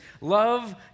love